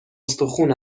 استخون